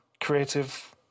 creative